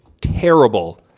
terrible